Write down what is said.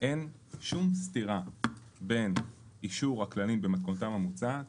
אין שום סתירה בין אישור הכללים במתכונתם המוצעת